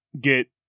get